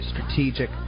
strategic